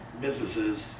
businesses